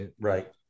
right